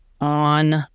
on